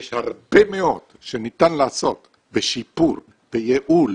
יש הרבה מאוד שניתן לעשות בשיפור וייעול